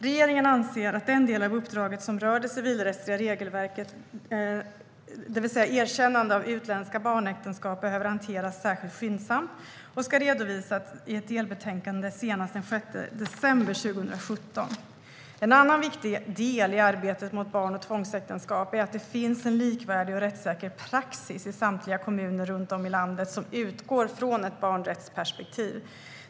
Regeringen anser att den del av uppdraget som rör det civilrättsliga regelverket, det vill säga erkännande av utländska barnäktenskap, behöver hanteras särskilt skyndsamt och ska redovisas i ett delbetänkande senast den 6 december 2017. En annan viktig del i arbetet mot barn och tvångsäktenskap är att det finns en likvärdig och rättssäker praxis i samtliga kommuner runt om i landet, som utgår från ett barnrättsperspektiv.